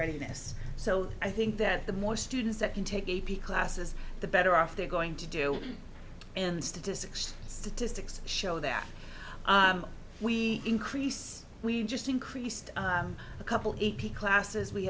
readiness so i think that the more students that can take a p classes the better off they're going to do and statistics statistics show that we increase we've just increased a couple a p classes we